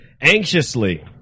anxiously